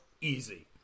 Easy